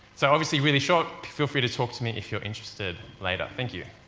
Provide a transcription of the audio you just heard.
so, obviously really short, feel free to talk to me if you're interested later, thank you.